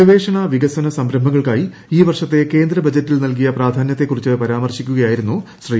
ഗവേഷണ വികസന സംരംഭങ്ങൾക്കായി ഈ വർഷത്തെ കേന്ദ്ര ബജറ്റിൽ നൽകിയ പ്രാധാന്യത്തെക്കുറിച്ച് പരാമർശിക്കുകയായിരുന്നു ശ്രീ